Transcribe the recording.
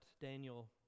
Daniel